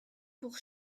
pour